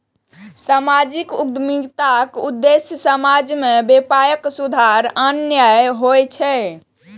सामाजिक उद्यमिताक उद्देश्य समाज मे व्यापक सुधार आननाय होइ छै